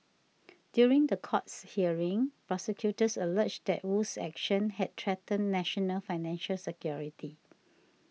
during the courts hearing prosecutors alleged that Wu's actions had threatened national financial security